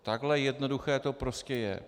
Takhle jednoduché to prostě je.